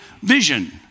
vision